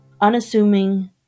unassuming